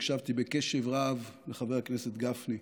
הקשבתי בקשב רב לחבר הכנסת גפני.